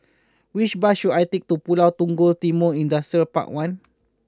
which bus should I take to Pulau Punggol Timor Industrial Park one